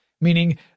meaning